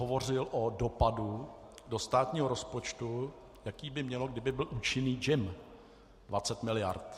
Hovořil jsem o dopadu do státního rozpočtu, jaký by mělo, kdyby byl účinný JIM 20 miliard.